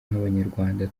nk’abanyarwanda